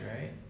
right